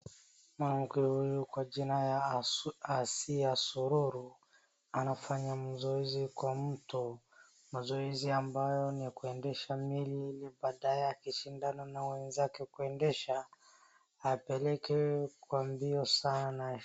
Mwanamke huyu kwa jina ya Asiya Sororo , anafanya mazoezi kwa mto . Mazoezi ambayo ni ya kuendesha meli ili baadaye akishindana na wenzake kuendesha , apeleke kwa mbio sana.